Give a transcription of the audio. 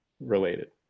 related